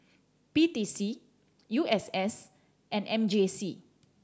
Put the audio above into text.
P T C U S S and M J C